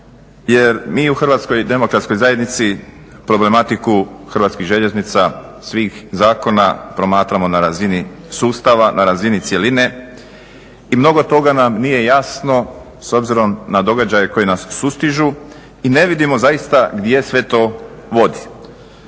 jer mi u HDZ-u problematiku HŽ-a svih zakona promatramo na razini sustava, na razini cjeline i mnogo toga nam nije jasno s obzirom na događanje koji nas sustižu i ne vidimo zaista gdje sve to vodi.